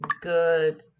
good